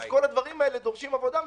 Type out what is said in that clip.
כל הדברים האלה דורשים עבודה מסוימת.